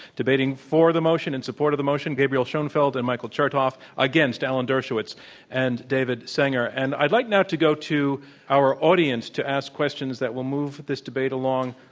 debating for the motion, in support of the motion, gabriel schoenfeld and michael chertoff. against, alan dershowitz and david sanger. and i'd like now to go to our audience to ask questions that will move this debate along